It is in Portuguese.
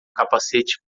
capacete